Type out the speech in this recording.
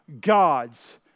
God's